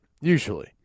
Usually